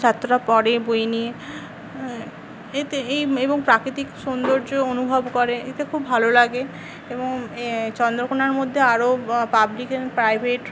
ছাত্ররা পড়ে বই নিয়ে এতে এই এবং প্রাকৃতিক সৌন্দর্য অনুভব করে এতে খুব ভালো লাগে এবং চন্দ্রকোণার মধ্যে আরো পাবলিক অ্যান্ড প্রাইভেট